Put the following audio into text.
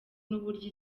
n’uburyo